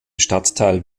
stadtteil